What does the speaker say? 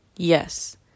Yes